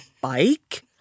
bike